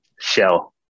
shell